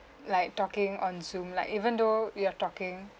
like talking on zoom like even though we are talking